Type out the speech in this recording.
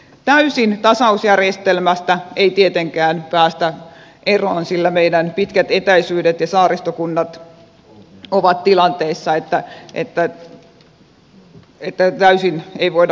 täysin tasausjärjestelmästä ei tietenkään päästä eroon sillä meidän pitkät etäisyydet ja saaristokunnat ovat tilanteessa että täysin siitä ei voida luopua